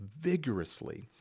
vigorously